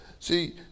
See